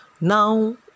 Now